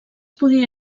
podia